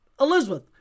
Elizabeth